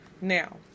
now